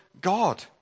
God